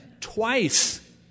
twice